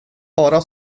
bara